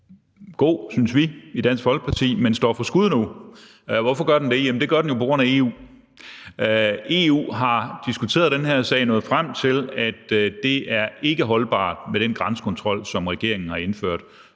og som vi i Dansk Folkeparti synes er god, nu står for skud. Hvorfor gør den det? Jamen det gør den jo på grund af EU. EU har diskuteret den her sag og er nået frem til, at det ikke er holdbart med den grænsekontrol, som regeringen har indført.